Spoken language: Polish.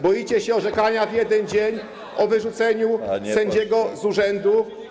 Boicie się orzekania w 1 dzień o wyrzuceniu sędziego z urzędu.